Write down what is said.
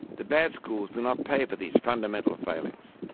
the bad schools do not pay for these fundamental failings.